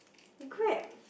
grab